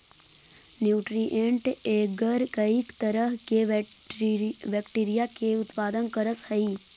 nutrient agar कईक तरह के बैक्टीरिया के उत्पादन करऽ हइ